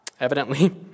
Evidently